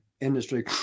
industry